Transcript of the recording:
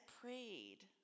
prayed